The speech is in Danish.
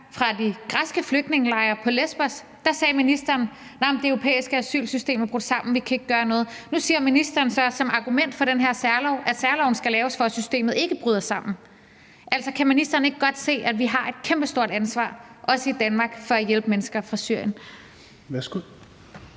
fra de græske flygtningelejre på Lesbos, sagde ministeren, at det europæiske asylsystem er brudt sammen; vi kan ikke gøre noget. Nu siger ministeren så som argument for den her særlov, at særloven skal laves, for at systemet ikke bryder sammen. Altså, kan ministeren ikke godt se, at vi har et kæmpestort ansvar, også i Danmark, for at hjælpe mennesker fra Syrien?